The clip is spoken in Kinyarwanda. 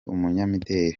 umunyamideli